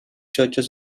churches